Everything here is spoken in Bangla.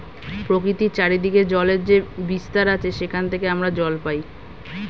প্রকৃতির চারিদিকে জলের যে বিস্তার আছে সেখান থেকে আমরা জল পাই